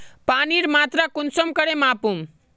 पानीर मात्रा कुंसम करे मापुम?